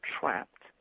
trapped